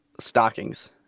stockings